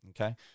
Okay